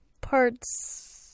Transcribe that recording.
parts